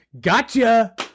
Gotcha